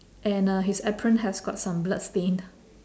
and uh his apron has got some bloodstain